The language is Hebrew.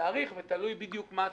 תלוי בתאריך ותלוי בדיוק מה מחפשים.